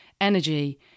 Energy